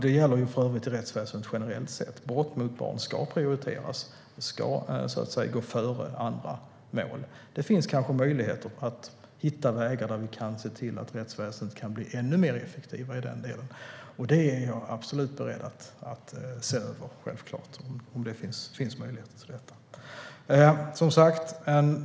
Det gäller för övrigt i rättsväsendet generellt sett - brott mot barn ska prioriteras och gå före andra mål. Det finns kanske möjligheter att vi kan hitta andra vägar för att se till att rättsväsendet blir ännu mer effektivt i den delen. Det är jag självklart beredd att se över.